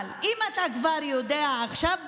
אבל אם אתה כבר יודע עכשיו,